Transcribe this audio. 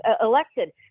elected